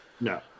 no